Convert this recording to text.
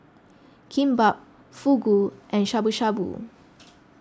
Kimbap Fugu and Shabu Shabu